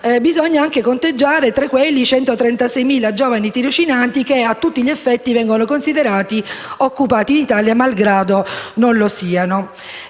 bisogna conteggiare anche 136.000 giovani tirocinanti che, a tutti gli effetti, vengono considerati occupati in Italia malgrado non lo siano.